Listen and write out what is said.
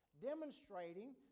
demonstrating